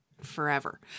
forever